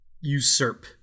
usurp